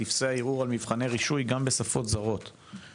טפסי הערעור על מבחני רישוי גם בשפות זרות,